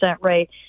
rate